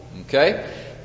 Okay